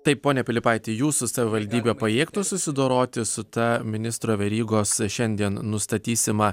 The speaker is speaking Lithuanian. taip pone pilypaiti jūsų savivaldybė pajėgtų susidoroti su ta ministro verygos šiandien nustatysima